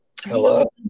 Hello